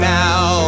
now